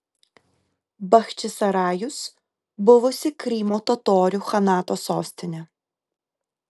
bachčisarajus buvusi krymo totorių chanato sostinė